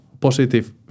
positive